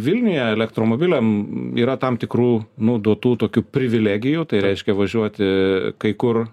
vilniuje elektromobiliam yra tam tikrų nu duotų tokių privilegijų tai reiškia važiuoti kai kur